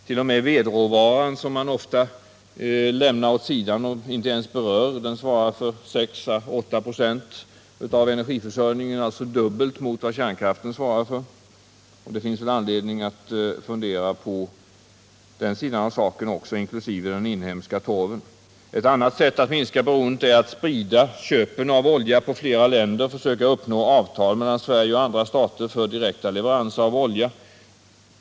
T. o. m. vedråvaran, som man ofta lämnar åt sidan utan att ens beröra, svarar för 6 å 8 26 av energiförsörjningen, alltså dubbelt mot kärnkraften. Det finns väl anledning att fundera på den sidan av saken också, inkl. den inhemska torven. Ett annat sätt att minska beroendet är att sprida köpen av olja på flera länder och försöka uppnå avtal mellan Sverige och flera andra stater för direkta leveranser av olja.